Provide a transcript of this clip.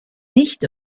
nicht